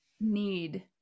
need